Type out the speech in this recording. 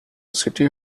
city